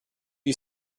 you